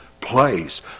place